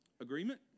Agreement